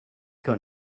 got